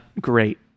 great